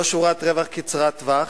לא שורת רווח קצרת טווח,